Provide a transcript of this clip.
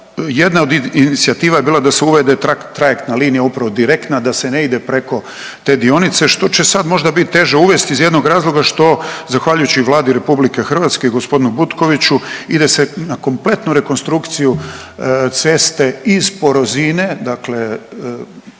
Jedna od inicijativa je bila da se uvede trajektna linija upravo direktna da se ne ide preko te dionice što će sad možda biti teže uvest iz jednog razloga što zahvaljujući Vladi RH i g. Butkoviću ide se na kompletnu rekonstrukciju ceste iz Porozine dakle